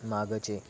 मागचे